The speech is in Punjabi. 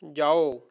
ਜਾਓ